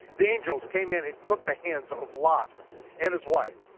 the angels came in and took the hands of lot and his wife,